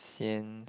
sian